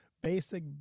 basic